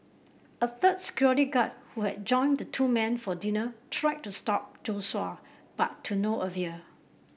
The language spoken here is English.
a third security guard who had joined the two men for dinner tried to stop Joshua but to no avail